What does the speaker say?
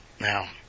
now